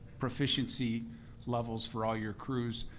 proficiency levels for all your crews,